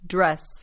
Dress